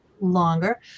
longer